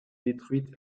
détruite